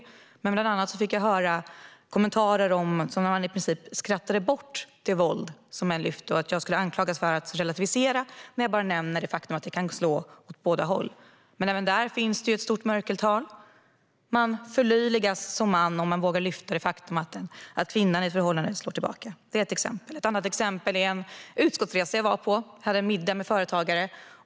Jag fick bland annat höra kommentarer där man i princip skrattade bort det våld jag lyfte fram. Jag anklagades för att relativisera när jag bara nämnde det faktum att det kan slå åt båda håll. Även där finns ett stort mörkertal. Man förlöjligas som man om man vågar lyfta upp det faktum att kvinnan i ett förhållande slår tillbaka. Det är ett exempel. Ett annat exempel är en utskottsresa jag var på, där vi hade en middag med företagare.